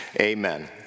amen